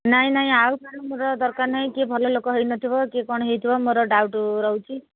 ନାହିଁ ନାହିଁ ଆଉ ତାର ମୋର ଦରକାର ନାହିଁ କିଏ ଭଲଲୋକ ହୋଇନଥିବ କିଏ କ'ଣ ହୋଇଥିବ ମୋର ଡାଉଟ୍ ରହୁଛି